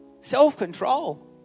Self-control